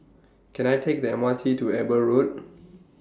Can I Take The M R T to Eber Road